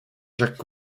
jacques